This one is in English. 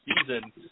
season